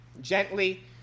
gently